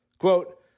Quote